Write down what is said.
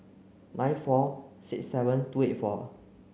nine four six seven two eight four